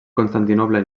constantinoble